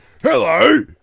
Hello